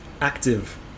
active